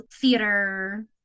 theater